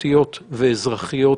משפטיות ואזרחיות